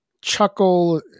chuckle